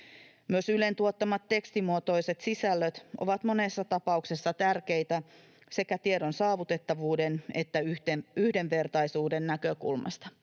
Myös Ylen tuottamat tekstimuotoiset sisällöt ovat monessa tapauksessa tärkeitä sekä tiedon saavutettavuuden että yhdenvertaisuuden näkökulmasta.